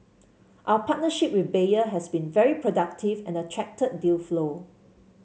our partnership with Bayer has been very productive and attracted deal flow